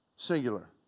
Singular